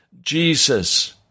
Jesus